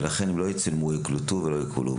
ולכן, הם לא יצולמו או יוקלטו ולא ייכללו.